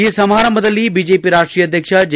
ಈ ಸಮಾರಂಭದಲ್ಲಿ ಬಿಜೆಪಿ ರಾಷ್ಷೀಯ ಅಧ್ಯಕ್ಷ ಜೆ